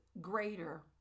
greater